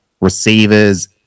receivers